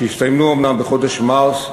שהסתיימו אומנם בחודש מרס,